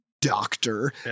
doctor